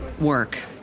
work